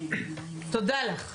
תודה לך.